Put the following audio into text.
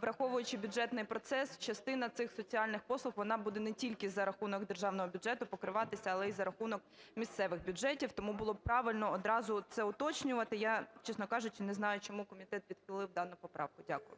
враховуючи бюджетний процес, частина цих соціальних послуг вона буде не тільки за рахунок державного бюджету покриватися, але і за рахунок місцевих бюджетів. Тому було б правильно одразу це уточнювати. Я, чесно кажучи, не знаю, чому комітет відхилив дану поправку. Дякую.